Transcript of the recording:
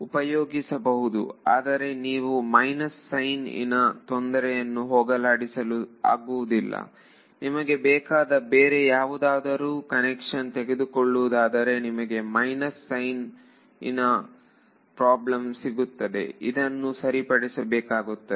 ಉಪಯೋಗಿಸಬಹುದು ಆದರೆ ನೀವು ಮೈನಸ್ ಸೈನ್ ಇನ ತೊಂದರೆಯನ್ನು ಹೋಗಲಾಡಿಸಲು ಆಗುವುದಿಲ್ಲ ನಿಮಗೆ ಬೇಕಾದ ಬೇರೆ ಯಾವುದಾದರೂ ಕನ್ವೆನ್ಷನ್ ತೆಗೆದುಕೊಳ್ಳುವುದಾದರೆ ನಿಮಗೆ ಮೈನಸ್ ಸೈನ್ ಇನ ಸಿಗುತ್ತದೆ ಇದನ್ನು ಸರಿಪಡಿಸಬೇಕಾಗುತ್ತದೆ